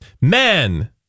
men